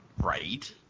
Right